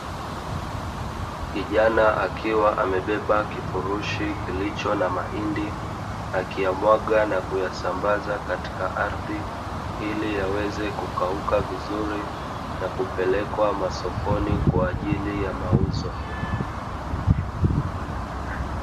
Kijana akiwa amebeba kifurushi kilicho na mahindi akiyamwaga na kuyasambaza katika ardhi, ili yaweze kukauka vizuri na kupelekwa masokoni kwa ajili ya mauzo.